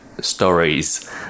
stories